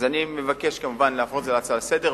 אני מבקש להפוך את הצעת החוק להצעה לסדר-היום,